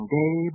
day